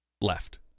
left